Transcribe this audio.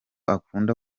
akunda